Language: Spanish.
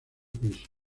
pisos